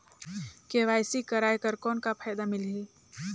KYC कराय कर कौन का फायदा मिलही?